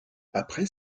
après